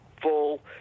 full